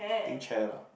think chair lah